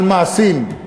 על מעשים.